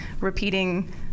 repeating